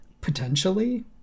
potentially